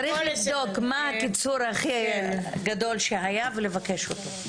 צריך לבדוק מה הקיצור הכי גדול שהיה ולבקש אותו.